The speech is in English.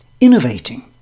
innovating